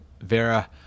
Vera